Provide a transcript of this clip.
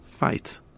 Fight